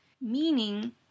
meaning